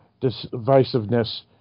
divisiveness